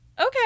okay